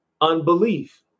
unbelief